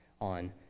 on